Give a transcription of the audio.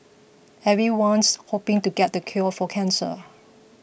everyone's hoping to get the cure for cancer